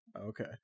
okay